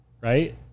right